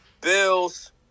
Bills